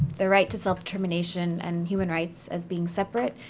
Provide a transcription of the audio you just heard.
the right to self-determination and human rights as being separate,